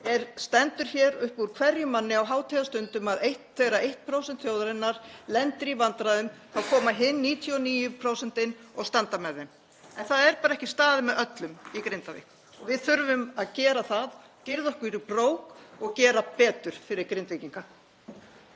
stendur hér upp úr hverjum manni á hátíðarstundum að þegar 1% þjóðarinnar lendir í vandræðum þá komi hin 99% og standi með þeim. En það er bara ekki staðið með öllum í Grindavík og við þurfum að gera það, girða okkur í brók og gera betur fyrir Grindvíkinga.